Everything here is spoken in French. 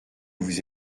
vous